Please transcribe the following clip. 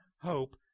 hope